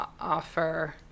offer